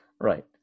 right